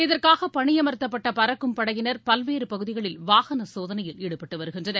இதற்காக பணியமர்த்தப்பட்ட பறக்கும் படையினர் பல்வேறு பகுதிகளில் வாகன சோதனையில் ஈடுபட்டு வருகின்றனர்